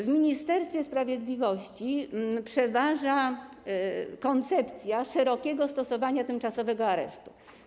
W Ministerstwie Sprawiedliwości przeważa koncepcja szerokiego stosowania tymczasowego aresztu.